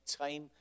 time